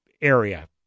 area